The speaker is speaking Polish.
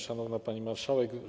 Szanowna Pani Marszałek!